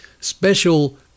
special